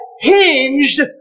hinged